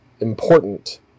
important